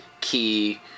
key